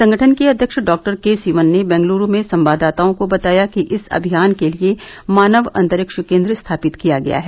संगठन के अध्यक्ष डॉक्टर के सिवन ने बंगलूरू में संवाददाताओं को बताया कि इस अभियान के लिए मानव अंतरिक्ष केन्द्र स्थापित किया गया है